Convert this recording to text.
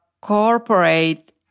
corporate